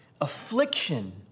affliction